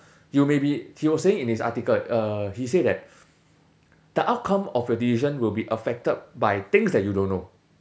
you may be he was saying in his article uh he said that the outcome of your decision will be affected by things that you don't know